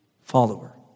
follower